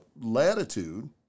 latitude